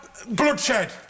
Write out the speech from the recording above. Bloodshed